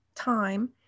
time